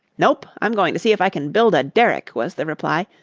nope, i'm going to see if i can build a derrick, was the reply,